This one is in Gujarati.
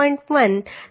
1 તો 81